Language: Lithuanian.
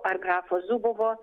ar grafo zubovo